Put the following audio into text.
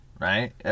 right